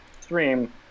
stream